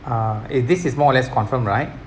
uh is this more or less confirm right